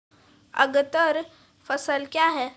अग्रतर फसल क्या हैं?